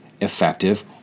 effective